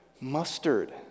mustard